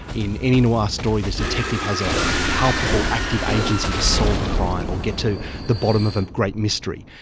in any noir ah story this detective has ah a palpable, active agency to solve a crime or get to the bottom of a great mystery.